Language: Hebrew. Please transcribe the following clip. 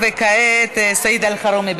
כעת סעיד אלחרומי,